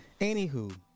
Anywho